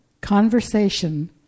conversation